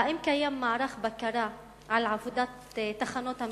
האם קיים מערך בקרה על עבודת תחנות המשטרה?